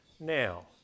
Now